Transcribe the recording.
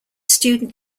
student